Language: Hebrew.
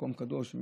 מקום קדוש.